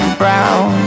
brown